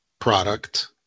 product